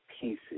pieces